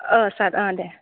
औ सार औ दे